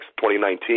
2019